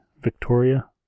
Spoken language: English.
Victoria